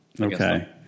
Okay